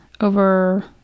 over